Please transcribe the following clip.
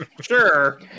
sure